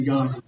God